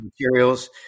materials